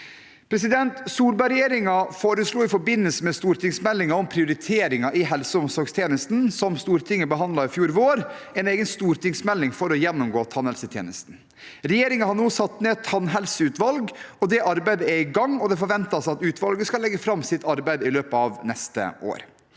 foreslo i forbindelse med stortingsmeldingen om prioriteringer i helse- og omsorgstjenesten, som Stortinget behandlet i fjor vår, en egen stortingsmelding for å gjennomgå tannhelsetjenesten. Regjeringen har nå satt ned et tannhelseutvalg. Det arbeidet er i gang, og det forventes at utvalget skal legge fram sitt arbeid i løpet av neste år.